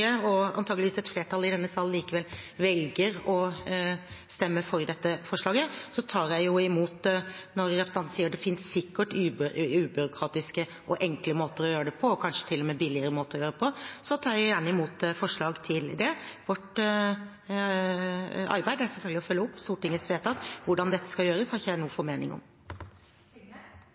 og antageligvis et flertall i denne salen likevel velger å stemme for dette forslaget, og representanten sier det sikkert finnes ubyråkratiske og enkle måter å gjøre dette på, og kanskje til og med billigere måter å gjøre det på, tar jeg gjerne imot forslag til det. Vårt arbeid er selvfølgelig å følge opp Stortingets vedtak. Hvordan dette skal gjøres, har jeg ikke noen formening om.